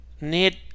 need